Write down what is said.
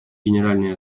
генеральной